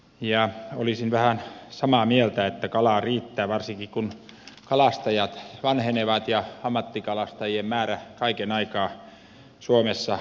olisin vähän samaa mieltä että kalaa riittää varsinkin kun kalastajat vanhenevat ja ammattikalastajien määrä kaiken aikaa suomessa vähenee ja vähenee